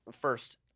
first